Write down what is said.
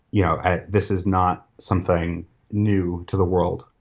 you know ah this is not something new to the world.